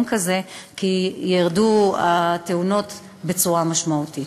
כזה כי ירדו התאונות בצורה משמעותית.